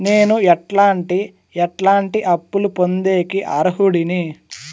నేను ఎట్లాంటి ఎట్లాంటి అప్పులు పొందేకి అర్హుడిని?